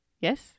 Yes